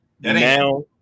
now